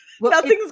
nothing's